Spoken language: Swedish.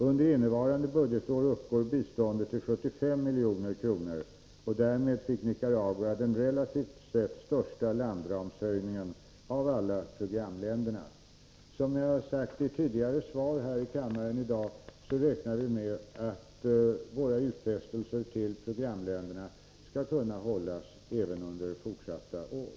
Under innevarande budgetår uppgår biståndet till 75 milj.kr., och därmed fick Nicaragua den relativt sett största landramhöjningen av alla programländerna. Som jag har sagt i ett tidigare svar här i kammaren i dag räknar vi med att våra utfästelser till programländerna skall kunna hållas även under fortsatta år.